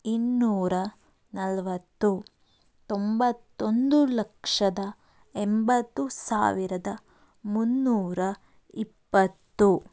ಇನ್ನೂರ ನಲವತ್ತು ತೊಂಬತ್ತೊಂದು ಲಕ್ಷದ ಎಂಬತ್ತು ಸಾವಿರದ ಮುನ್ನೂರ ಇಪ್ಪತ್ತು